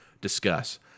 discuss